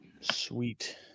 Sweet